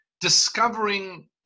discovering